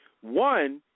One